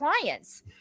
clients